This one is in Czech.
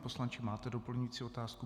Pane poslanče, máte doplňující otázku?